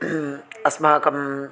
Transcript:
अस्माकं